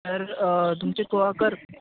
तर तुमचे कुळागर